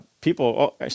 people